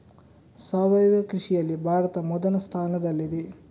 ಸಾವಯವ ಕೃಷಿಯಲ್ಲಿ ಭಾರತ ಮೊದಲ ಸ್ಥಾನದಲ್ಲಿದೆ